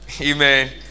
Amen